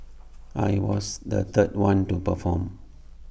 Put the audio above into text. I was the third one to perform